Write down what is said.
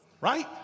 Right